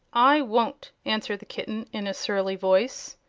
i won't, answered the kitten, in a surly voice.